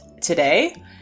today